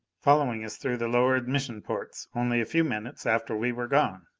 following us through the lower admission ports only a few minutes after we were gone.